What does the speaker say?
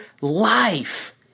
life